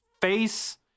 face